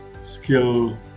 skill